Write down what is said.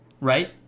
right